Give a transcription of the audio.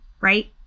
right